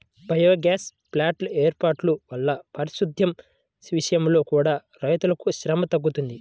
biogas ప్లాంట్ల వేర్పాటు వల్ల పారిశుద్దెం విషయంలో కూడా రైతులకు శ్రమ తగ్గుతుంది